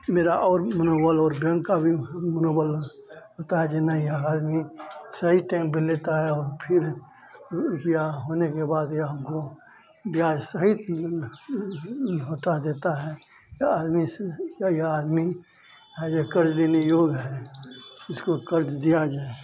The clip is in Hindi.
मेरा और मनोबल और बैंक का भी मनोबल होता है जो नहीं ह है सही टाइम पर लेता है और फिर रुपया होने के बाद यह हमको ब्याज सहित लौटा देता है तो आदमी सही है जो कर्ज लेने योग्य है इसको कर्ज दिया जाए